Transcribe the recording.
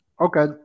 Okay